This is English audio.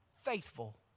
faithful